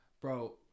Bro